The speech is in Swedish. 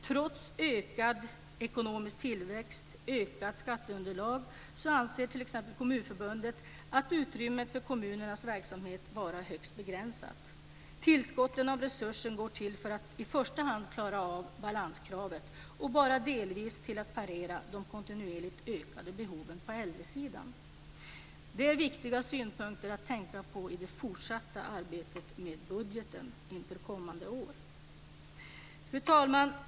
Trots ökad ekonomisk tillväxt och ökat skatteunderlag anser t.ex. Kommunförbundet utrymmet för kommunernas verksamhet vara högst begränsat. Tillskotten av resurser går till att i första hand klara balanskravet och bara delvis till att parera de kontinuerligt ökade behoven på äldresidan. Det är viktiga synpunkter att tänka på i det fortsatta arbetet med budgeten inför kommande år. Fru talman!